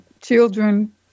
children